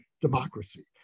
democracy